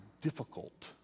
difficult